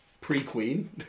pre-queen